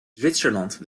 zwitserland